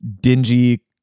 dingy